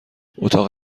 اتاق